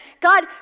god